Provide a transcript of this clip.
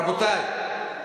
רבותי.